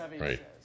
Right